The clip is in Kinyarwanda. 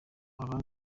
aba